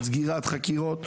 "על סגירת חקירות,